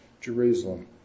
Jerusalem